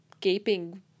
gaping